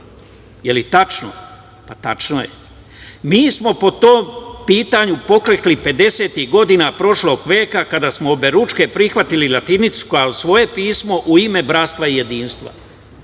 Je li tačno? Tačno je. Mi smo po tom pitanju poklekli pedesetih godina prošlog veka kada smo oberučke prihvatili latinicu kao svoje pismo u ime bratstva i jedinstva,